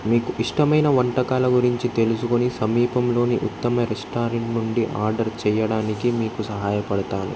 మీకు ఇష్టమైన వంటకాల గురించి తెలుసుకుని సమీపంలోని ఉత్తమ రెస్టారెంట్ నుండి ఆర్డర్ చేయడానికి మీకు సహాయపడతాను